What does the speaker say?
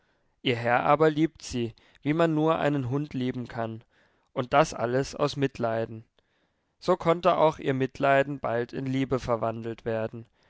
ihr herr aber liebt sie wie man nur einen hund lieben kann und das alles aus mitleiden so konnte auch ihr mitleiden bald in liebe verwandelt werden